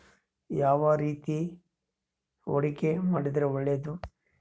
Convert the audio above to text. ಯಾವ ರೇತಿ ಹೂಡಿಕೆ ಮಾಡಿದ್ರೆ ಒಳ್ಳೆಯದು?